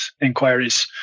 inquiries